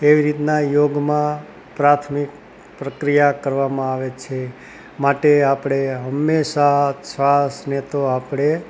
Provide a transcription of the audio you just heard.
એવી રીતના યોગમાં પ્રાથમિક પ્રક્રિયા કરવામાં આવે છે માટે આપણે હંમેશા શ્વાસને તો આપણે